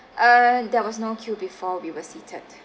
uh there was no queue before we were seated